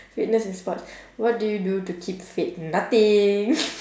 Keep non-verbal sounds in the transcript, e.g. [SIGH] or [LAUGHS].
fitness and sports what do you do to keep fit nothing [LAUGHS]